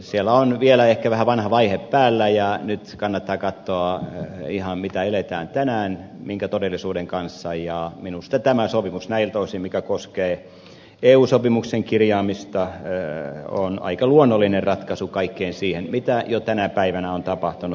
siellä on vielä ehkä vähän vanha vaihe päällä ja nyt kannattaa katsoa ihan mitä eletään tänään minkä todellisuuden kanssa ja minusta tämä sopimus näiltä osin mikä koskee eu sopimuksen kirjaamista on aika luonnollinen ratkaisu kaikkeen siihen mitä jo tänä päivänä on tapahtunut